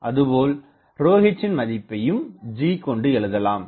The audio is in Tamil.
அதுபோல் ρh ன் மதிப்பையும் G கொண்டு எழுதலாம்